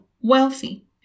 wealthy